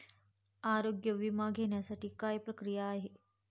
आरोग्य विमा घेण्यासाठी काय प्रक्रिया आहे?